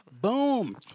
Boom